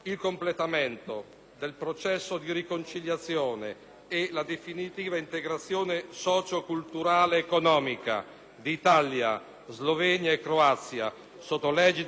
del processo di riconciliazione e la definitiva integrazione sociale, culturale ed economica di Italia, Slovenia e Croazia sotto l'egida dell'Unione europea